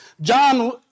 John